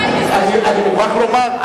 אני מוכרח לומר,